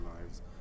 lives